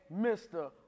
Mr